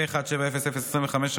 פ/1700/25,